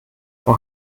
frau